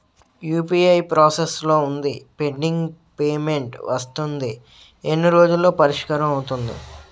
UPI process లో వుంది pending payment వస్తుంది ఎన్ని రోజుల్లో పరిష్కారం అవుతుంది